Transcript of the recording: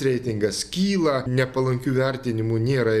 reitingas kyla nepalankių vertinimų nėra